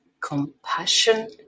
compassion